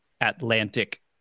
Atlantic